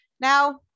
Now